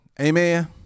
Amen